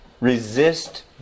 Resist